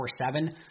24-7